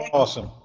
awesome